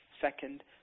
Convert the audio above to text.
second